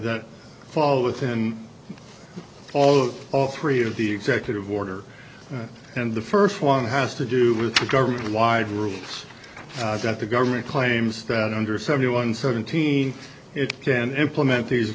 that fall within all of all three of the executive order and the first one has to do with a government wide rules that the government claims that under seventy one seventeenth it can implement these